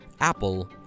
Apple